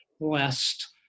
blessed